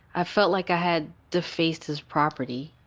i felt like i had defaced his property